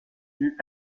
vue